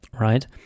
right